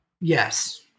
Yes